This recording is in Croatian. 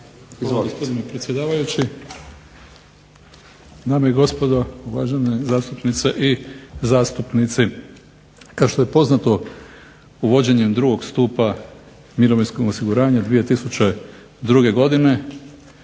gospodine predsjedavajući. Dame i gospodo, uvažene zastupnice i zastupnici. Kao što je poznato, uvođenjem drugog stupa mirovinskog osiguranja 2002. godine